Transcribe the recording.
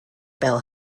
bell